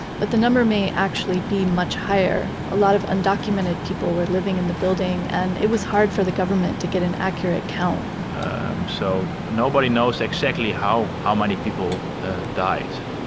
but the number may actually be much higher. a lot of undocumented people were living in the building and it was hard for the government to get an accurate count so, nobody knows exactly how how many people died